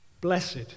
Blessed